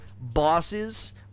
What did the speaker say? bosses